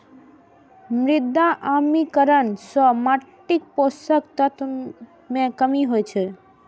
मृदा अम्लीकरण सं माटिक पोषक तत्व मे कमी होइ छै